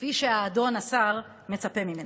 כפי שהאדון השר מצפה ממנה.